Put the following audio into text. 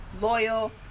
loyal